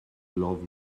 love